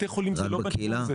בתי חולים לא בהקשר הזה.